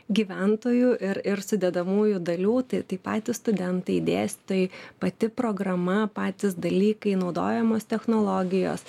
gyventojų ir ir sudedamųjų dalių tai tai patys studentai dėstytojai pati programa patys dalykai naudojamos technologijos